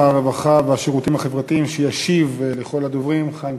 שר הרווחה והשירותים החברתיים חיים כץ,